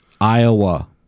Iowa